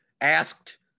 asked